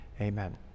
Amen